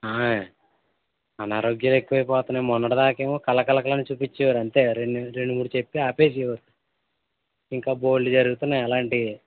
ఆయ్ అనారోగ్యాలు ఎక్కువ అయిపోతున్నాయ్ మొన్నటి దాక ఏమో కళ్ళ కలకలు అని చూపించారు అంతే రెండు మూడు చెప్పి ఆపేశారు ఇంకా బోలెడు జరుగుతున్నాయి అలాంటివి